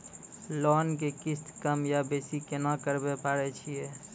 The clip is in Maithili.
लोन के किस्ती कम या बेसी केना करबै पारे छियै?